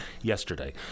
yesterday